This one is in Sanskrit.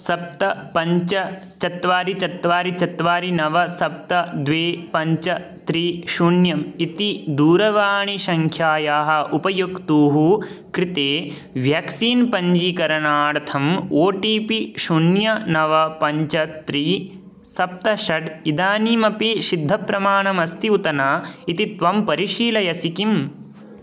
सप्त पञ्च चत्वारि चत्वारि चत्वारि नव सप्त द्वे पञ्च त्रीणि शून्यम् इति दूरवाणीसङ्ख्यायाः उपयुक्तुः कृते व्याक्सीन् पञ्जीकरणार्थम् ओ टि पि शून्यं नव पञ्च त्रीणि सप्त षट् इदानीमपि शुद्धप्रमाणमस्ति उत न इति त्वं परिशीलयसि किम्